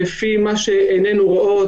לפי מה שעינינו רואות.